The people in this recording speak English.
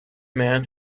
man